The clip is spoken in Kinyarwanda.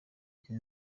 izi